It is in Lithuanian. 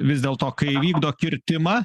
vis dėl to kai vykdo kirtimą